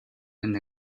and